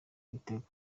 ibitego